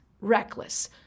reckless